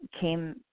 came